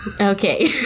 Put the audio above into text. Okay